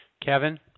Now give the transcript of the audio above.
Kevin